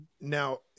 Now